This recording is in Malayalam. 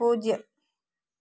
പൂജ്യം